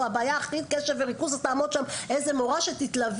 בוא הבעיה הכי קשב וריכוז אז תעמוד שם איזה מורה שתתלווה,